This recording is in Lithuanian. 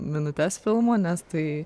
minutes filmo nes tai